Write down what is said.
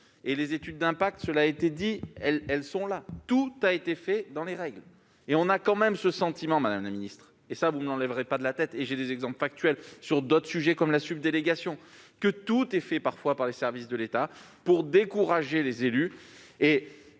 et les études d'impact- cela a été dit -sont prévues. Tout a été fait dans les règles. Or on a tout de même le sentiment, madame la ministre, et vous ne m'enlèverez pas cela de la tête- j'ai des exemples factuels sur d'autres sujets, comme la subdélégation -, que tout est fait parfois par les services de l'État pour décourager les élus